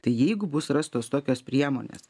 tai jeigu bus rastos tokios priemonės